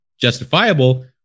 justifiable